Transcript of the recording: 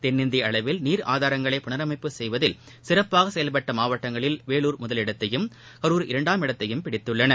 தென்னிந்திய அளவில் நீர் ஆதாரங்களை புனரமைப்பு செய்வதில் சிறப்பாக செயல்பட்ட மாவட்டங்களில் வேலூர் முதலிடத்தையும் கரூர் இரண்டாமிடத்தையும் பிடித்துள்ளன